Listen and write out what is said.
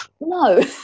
no